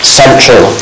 central